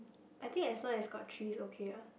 I think as long as got tress okay lah